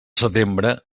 setembre